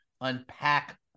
unpack